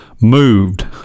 moved